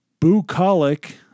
Bucolic